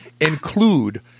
include